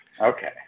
Okay